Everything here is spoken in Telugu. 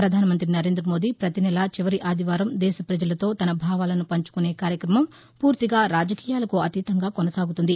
ప్రపధాన మంత్రి నరేంద్రమోదీ పతినేలా చివరి ఆదివారం దేశ ప్రజలతో తన భావాలను పంచుకొనే కార్యక్రమం పూర్తిగా రాజకీయాలకు అతీతంగా కొనసాగుతుంది